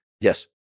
Yes